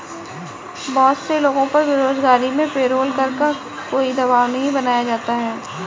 बहुत से लोगों पर बेरोजगारी में पेरोल कर का कोई दवाब नहीं बनाया जाता है